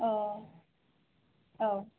अ औ